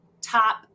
top